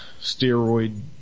Steroid